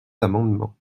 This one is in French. amendements